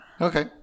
Okay